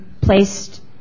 placed